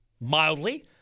mildly